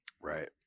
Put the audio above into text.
Right